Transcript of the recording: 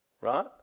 right